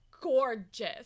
gorgeous